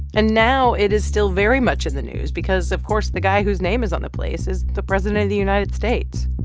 and now, it is still very much in the news because, of course, the guy whose name is on the place is the president of the united states